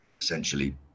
Essentially